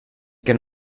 can